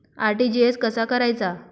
RTGS कसा करायचा?